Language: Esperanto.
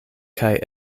kaj